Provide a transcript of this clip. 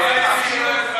מה "אפילו"?